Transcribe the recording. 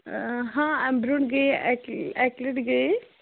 ہاں اَمہِ برٛونٛٹھ گٔیے اَکہِ اَکہِ لَٹہِ گٔیے